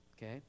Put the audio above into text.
Okay